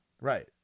Right